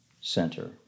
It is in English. center